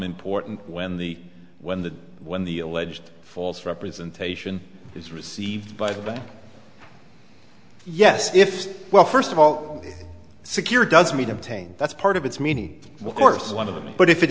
important when the when the when the alleged false representation is received but yes if well first of all secure does mean obtain that's part of its meaning what course one of them but if it